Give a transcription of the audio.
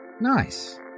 Nice